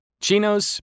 chinos